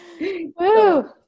Woo